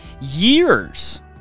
years